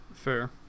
fair